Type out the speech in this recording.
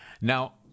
Now